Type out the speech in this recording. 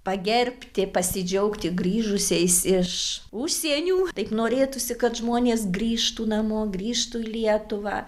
pagerbti pasidžiaugti grįžusiais iš užsienių taip norėtųsi kad žmonės grįžtų namo grįžtų į lietuvą